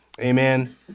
Amen